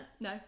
no